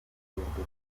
biravugwa